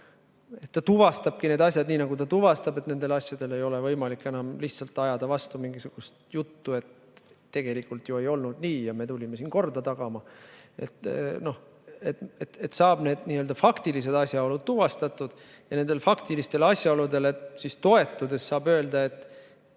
Ta tuvastabki need asjad nii, nagu ta tuvastab, ei ole võimalik enam lihtsalt ajada vastu mingisugust juttu, et tegelikult ju ei olnud nii ja me tulime siin korda tagama. Saab n‑ö faktilised asjaolud tuvastatud ja nendele faktilistele asjaoludele toetudes saab öelda, et